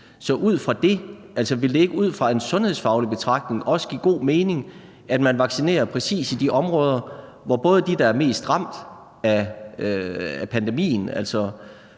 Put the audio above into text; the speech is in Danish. Så ville det ikke også ud fra en sundhedsfaglig betragtning give god mening, at man vaccinerer præcis i de områder, hvor de, der er mest ramt af pandemien,